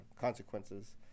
consequences